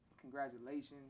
congratulations